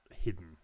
hidden